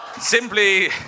Simply